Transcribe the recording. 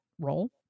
role